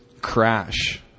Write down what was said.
crash